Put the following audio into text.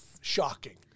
shocking